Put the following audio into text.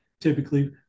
typically